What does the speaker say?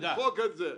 למחוק את זה.